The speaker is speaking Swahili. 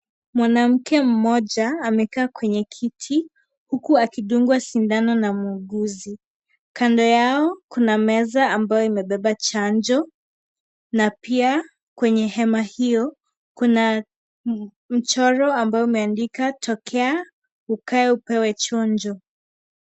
Mwanamke mmoja, amekaa kwenye kiti ,huku akidungwa sindano na muuguzi. Kando yao, kuna meza, ambayo imebeba chanjo, na pia kwenye hema hiyo, kuna m, mchoro ambao umeandikwa,"tokea, ukae, upewe chonjo."